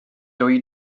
dwy